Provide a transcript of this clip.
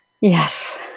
Yes